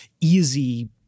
easy